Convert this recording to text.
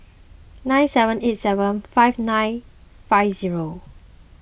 nine seven eight seven five nine five zero